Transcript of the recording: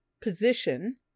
position